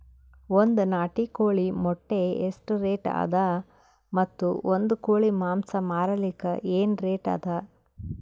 ಒಂದ್ ನಾಟಿ ಕೋಳಿ ಮೊಟ್ಟೆ ಎಷ್ಟ ರೇಟ್ ಅದ ಮತ್ತು ಒಂದ್ ಕೋಳಿ ಮಾಂಸ ಮಾರಲಿಕ ಏನ ರೇಟ್ ಅದ?